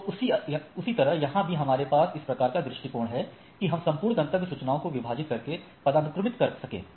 तो उसी तरह यहाँ भी हमारे पास इस प्रकार का दृषटिकोण है कि हम संपूर्ण गंतव्य सूचनाओं को विभाजित करके पदानुक्रमित कर सकें